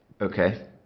Okay